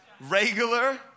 Regular